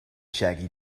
shaggy